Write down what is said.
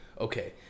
okay